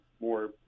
more